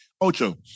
Ocho